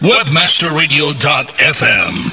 Webmasterradio.fm